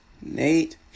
Nate